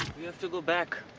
we have to go back.